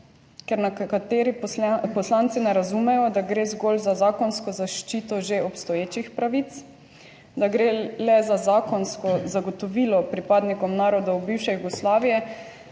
nekateri poslanci ne razumejo, da gre zgolj za zakonsko zaščito že obstoječih pravic, da gre le za zakonsko zagotovilo pripadnikom narodov bivše Jugoslavije,